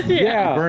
yeah.